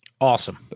Awesome